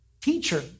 teacher